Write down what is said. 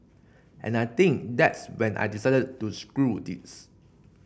and I think that's when I decided to screw this